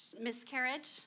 miscarriage